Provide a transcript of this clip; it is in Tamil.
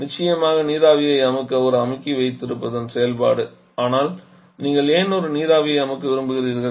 நிச்சயமாக நீராவியை அமுக்க ஒரு அமுக்கி வைத்திருப்பதன் செயல்பாடு ஆனால் நீங்கள் ஏன் ஒரு நீராவியை அமுக்க விரும்புகிறீர்கள்